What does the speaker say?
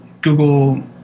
Google